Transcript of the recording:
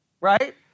right